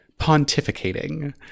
pontificating